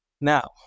Now